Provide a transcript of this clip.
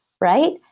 right